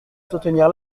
soutenir